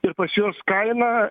ir pas juos kaina